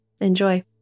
Enjoy